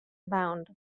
abound